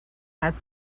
had